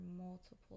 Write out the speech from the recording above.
multiple